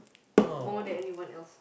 more than anyone else